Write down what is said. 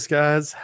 guys